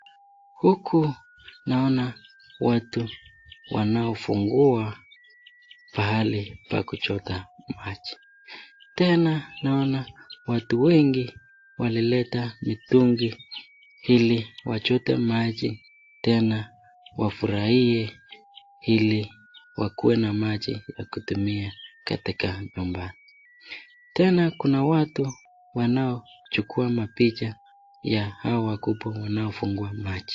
Huku naona watu wanaofungua pahali pa kuchota maji, tena naona watu wengi walileta mitungi hili wachote maji tena wafurahie hili wakue na maji ya kutumia katika nyumba, tena kuna watu ambao wanachukua mapicha hawa wakubwa wanaofungua maji.